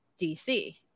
dc